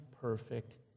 perfect